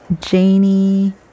Janie